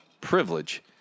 privilege